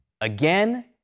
again